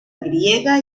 griega